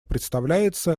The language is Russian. представляется